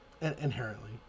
Inherently